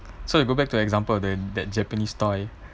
so you go back to example the that japanese toy